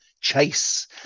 chase